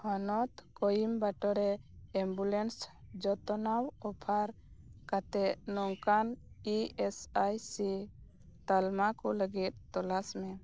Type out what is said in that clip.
ᱦᱚᱱᱚᱛ ᱠᱚᱭᱤᱢ ᱵᱟᱴᱚᱨᱮ ᱮᱢᱵᱩᱞᱮᱱᱥ ᱡᱚᱛᱚᱱᱟᱣ ᱚᱯᱷᱟᱨ ᱠᱟᱛᱮᱜ ᱱᱚᱝᱠᱟᱱ ᱤ ᱮᱥ ᱟᱭ ᱥᱤ ᱛᱟᱞᱢᱟ ᱠᱚ ᱞᱟᱹᱜᱤᱫᱽ ᱛᱚᱞᱟᱥ ᱢᱮ